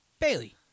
Bailey